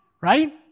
right